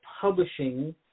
publishing